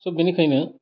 सह बेनिखायनो